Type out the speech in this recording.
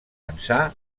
ençà